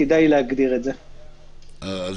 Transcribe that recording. אז